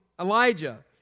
Elijah